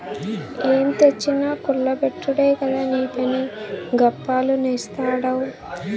ఏం తెచ్చినా కుల్ల బెట్టుడే కదా నీపని, గప్పాలు నేస్తాడావ్